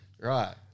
Right